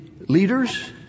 leaders